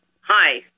Hi